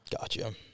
Gotcha